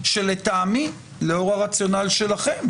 שלטעמי לאור הרציונל שלכם,